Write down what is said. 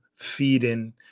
feeding